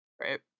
Right